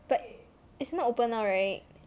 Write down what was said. but it's not open now right